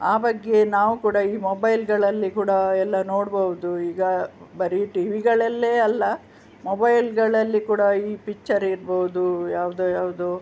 ಆ ಬಗ್ಗೆ ನಾವೂ ಕೂಡ ಈ ಮೊಬೈಲ್ಗಳಲ್ಲಿ ಕೂಡ ಎಲ್ಲ ನೋಡ್ಬೌದು ಈಗ ಬರೀ ಟಿ ವಿಗಳಲ್ಲೇ ಅಲ್ಲ ಮೊಬೈಲ್ಗಳಲ್ಲಿ ಕೂಡ ಈ ಪಿಚ್ಚರ್ ಇರ್ಬೌದು ಯಾವ್ದು ಯಾವುದೋ